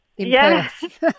Yes